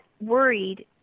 worried